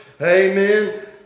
Amen